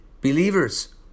believers